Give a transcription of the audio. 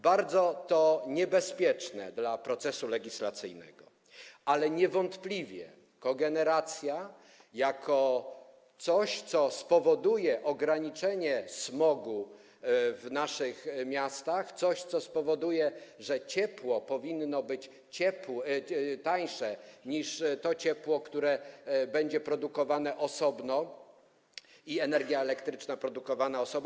Bardzo to niebezpieczne dla procesu legislacyjnego, ale niewątpliwie kogeneracja jako to, co spowoduje ograniczenie smogu w naszych miastach, co spowoduje, że ciepło powinno być tańsze niż to ciepło, które będzie produkowane osobno, i niż energia elektryczna produkowana osobno.